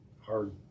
hard